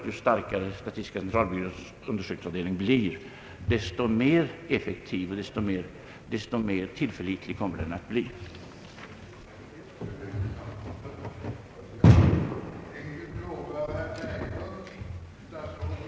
Ju starkare statistiska centralbyråns undersökningsavdelning blir, desto mer effektiv och desto mer tillförlitlig blir den naturligtvis.